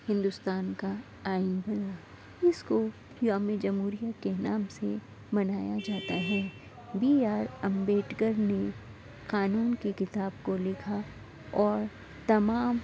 ہندوستان کا آئین بنا اس کو یوم جمہوریہ کے نام سے منایا جاتا ہے بی آر امبیڈکر نے قانون کی کتاب کو لکھا اور تمام